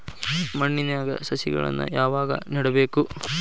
ಮಣ್ಣಿನ್ಯಾಗ್ ಸಸಿಗಳನ್ನ ಯಾವಾಗ ನೆಡಬೇಕು?